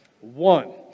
one